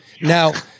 Now